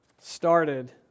started